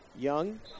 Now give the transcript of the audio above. Young